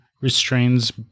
Restrains